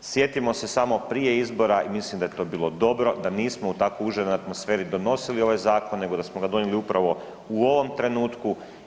Sjetimo se samo prije izbora i mislim da je to bilo dobro da nismo u tako užarenoj atmosferi donosili ovaj zakon nego da smo ga donijeli upravo u ovom trenutku.